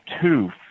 two